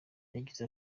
yagize